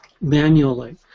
manually